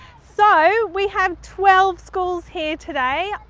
so, we have twelve schools here today.